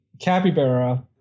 capybara